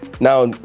Now